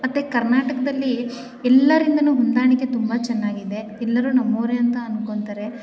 ಮತ್ತೆ ಕರ್ನಾಟಕದಲ್ಲಿ ಎಲ್ಲರಿಂದಲು ಹೊಂದಾಣಿಕೆ ತುಂಬ ಚೆನ್ನಾಗಿದೆ ಎಲ್ಲರೂ ನಮ್ಮೋರೆ ಅಂತ ಅಂದ್ಕೋತಾರೆ